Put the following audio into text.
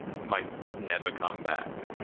might never come back.